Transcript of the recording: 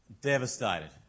devastated